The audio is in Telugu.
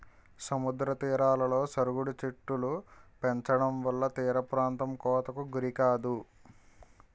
సముద్ర తీరాలలో సరుగుడు చెట్టులు పెంచడంవల్ల తీరప్రాంతం కోతకు గురికాదు